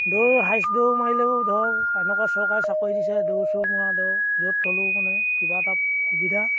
দৌৰ হায়েষ্ট দৌৰ মাৰিলেও ধৰক এনেকুৱা চৰকাৰে চাকৰি দিছে দৌৰ চৌৰ মৰা ধৰ য'ত হ'লেও মানে কিবা এটা সুবিধা